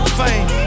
fame